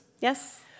Yes